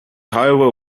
however